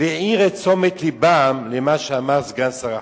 והעיר את תשומת לבם למה שאמר סגן שר החוץ.